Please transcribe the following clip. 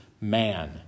man